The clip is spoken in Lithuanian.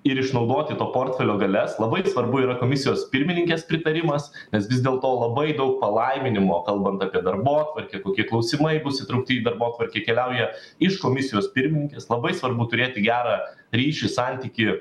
ir išnaudoti to portfelio galias labai svarbu yra komisijos pirmininkės pritarimas nes vis dėlto labai daug palaiminimo kalbant apie darbotvarkę kokie klausimai bus įtraukti į darbotvarkę keliauja iš komisijos pirmininkės labai svarbu turėti gerą ryšį santykį